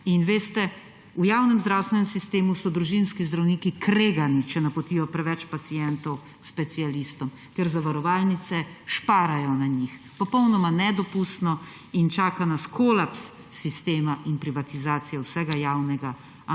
v javnem zdravstvenem sistemu so družinski zdravniki kregani, če napotijo preveč pacientov k specialistom, ker zavarovalnice šparajo na njih. Popolnoma nedopustno in čaka nas kolaps sistema in privatizacija vsega javnega, ampak